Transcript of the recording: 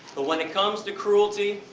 but when it comes to cruelty,